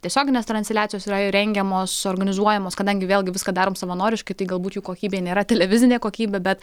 tiesioginės transliacijos yra rengiamos suorganizuojamos kadangi vėlgi viską darome savanoriškai tai galbūt jų kokybė nėra televizinė kokybė bet